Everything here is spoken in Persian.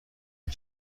این